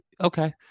Okay